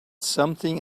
something